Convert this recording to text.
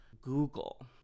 Google